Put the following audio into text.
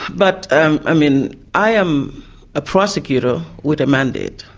but um i mean, i am a prosecutor with the mandate.